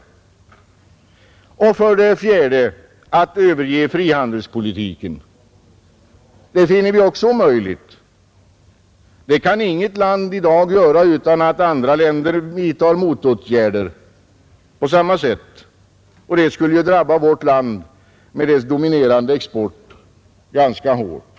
10 mars 1971 Den fjärde vägen vore att överge frihandelspolitiken. Det finner vi Förordningom också omöjligt. Inget land kan i dag göra så utan att andra länder vidtar = särskilt investeringsmotåtgärder på samma sätt, vilket skulle drabba vårt land med dess avdrag vid taxering dominerande export ganska hårt.